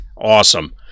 Awesome